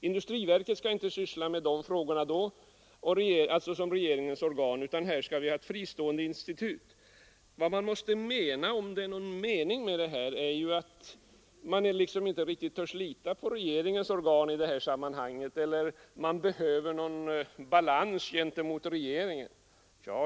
Industriverket skall då inte syssla med dessa frågor eftersom det är regeringens organ, utan här skall vi ha ett fristående institut. Om det är någon mening med detta måste man väl anse att man inte riktigt törs lita på regeringens organ eller att man behöver någon balans gentemot regeringen.